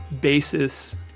basis